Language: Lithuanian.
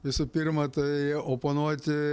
visų pirma tai oponuoti